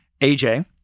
AJ